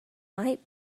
might